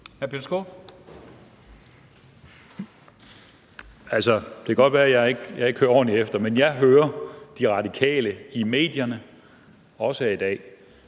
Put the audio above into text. Det kan godt være, jeg ikke hører ordentligt efter, men jeg hører De Radikale i medierne og også her i dag